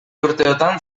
urteotan